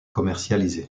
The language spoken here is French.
commercialisés